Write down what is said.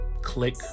click